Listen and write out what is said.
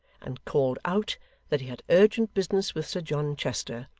and called out that he had urgent business with sir john chester,